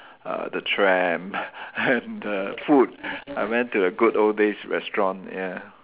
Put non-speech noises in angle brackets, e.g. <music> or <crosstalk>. uh the tram <laughs> and the food I went to the good old days restaurant ya